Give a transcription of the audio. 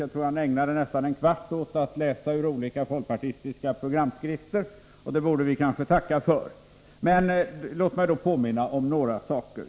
Jag tror att han ägnade nästan en kvart åt att läsa ur olika folkpartistiska programskrifter, och det borde vi kanske tacka för. Men låt mig då påminna om några saker.